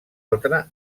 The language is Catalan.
altra